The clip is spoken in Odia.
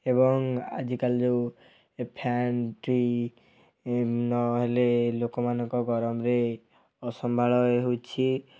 ଏବଂ ଆଜିକାଲି ଯେଉଁ ଏ ଫ୍ୟାନ୍ଟି ନହେଲେ ଲୋକମାନଙ୍କ ଗରମରେ ଅସମ୍ଭାଳ ହେଉଛି